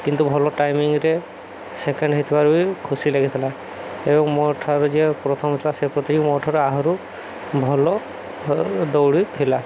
କିନ୍ତୁ ଭଲ ଟାଇମିଂରେ ସେକେଣ୍ଡ ହେଇଥିବାରୁ ବି ଖୁସି ଲାଗିଥିଲା ଏବଂ ମୋ ଠାରୁ ଯିଏ ପ୍ରଥମ ଥିଲା ସେ ପ୍ରତିକି ମୋ ଠାରୁ ଆହୁରି ଭଲଭାବେ ଦୌଡ଼ିଥିଲା